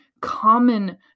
common